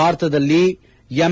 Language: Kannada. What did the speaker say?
ಭಾರತದಲ್ಲಿ ಎಂ